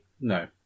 No